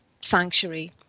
sanctuary